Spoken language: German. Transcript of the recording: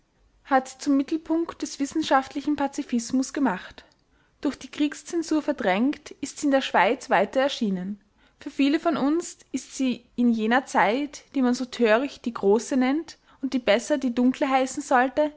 hat sie zum mittelpunkt des wissenschaftlichen pazifismus gemacht durch die kriegszensur verdrängt ist sie in der schweiz weitererschienen für viele von uns ist sie in jener zeit die man so töricht die große nennt und die besser die dunkle heißen sollte